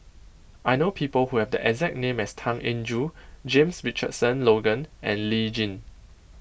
I know people who have the exact name as Tan Eng Joo James Richardson Logan and Lee Tjin